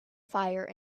fire